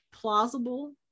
plausible